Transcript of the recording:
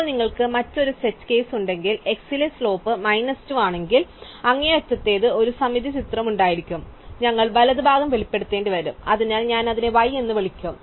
ഇപ്പോൾ നിങ്ങൾക്ക് മറ്റൊരു സെറ്റ് കേസ് ഉണ്ടെങ്കിൽ x ലെ സ്ലോപ്പ് മൈനസ് 2 ആണെങ്കിൽ അങ്ങേയറ്റത്തെ ഒരു സമമിതി ചിത്രം ഉണ്ടായിരിക്കും അതിനാൽ ഞങ്ങൾ വലത് ഭാഗം വെളിപ്പെടുത്തേണ്ടിവരും അതിനാൽ ഞാൻ അതിനെ y എന്ന് വിളിക്കും